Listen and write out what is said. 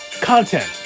content